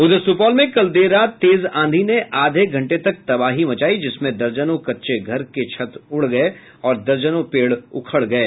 उधर सुपौल में कल देर रात तेज आंधी ने आधे घंटे तक तबाही मचायी जिसमें दर्जनों कच्चे घर के छत उड़ गये और दर्जनों पेड़ उखड़ गये